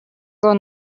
руу